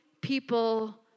people